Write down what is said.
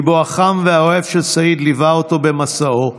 ליבו החם והאוהב של סעיד ליווה אותו במסעו,